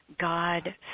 God